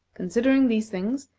considering these things,